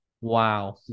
Wow